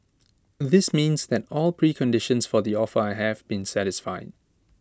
this means that all preconditions for the offer have been satisfied